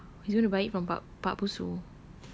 ya lah he's gonna buy it from pak busu